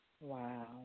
Wow